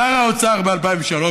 שר האוצר ב-2003,